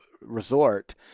resort